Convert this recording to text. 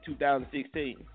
2016